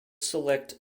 select